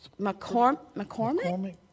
McCormick